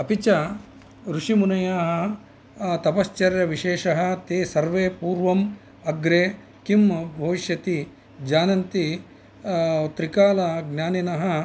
अपि च ऋषिमुनयाः तपश्चर्यविशेषः ते सर्वे पूर्वम् अग्रे किं भविष्यति जानन्ति त्रिकालज्ञानिनः